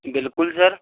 बिलकुल सर